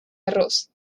arroz